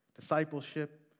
discipleship